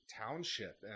Township